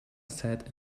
sat